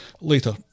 Later